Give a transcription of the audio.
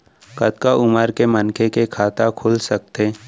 कतका उमर के मनखे के खाता खुल सकथे?